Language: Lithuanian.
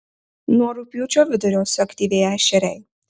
nuo rugpjūčio vidurio suaktyvėja ešeriai